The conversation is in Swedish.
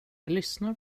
lyssnar